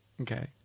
Okay